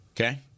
Okay